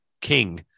king